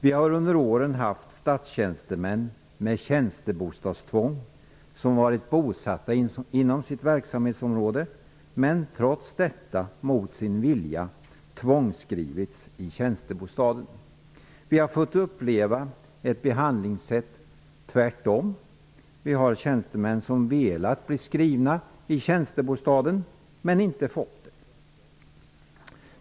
Vi har under åren haft statstjänstemän med tjänstebostadstvång som varit bosatta inom sitt verksamhetsområde, men som trots detta mot sin vilja har tvångsskrivits i tjänstebostaden. Vi har fått uppleva ett motsatt behandlingssätt -- tjänstemän som har velat bli skrivna i tjänstebostaden har inte fått det.